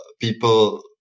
people